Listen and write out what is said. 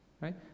right